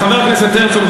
וחבר הכנסת הרצוג,